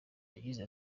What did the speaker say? yagize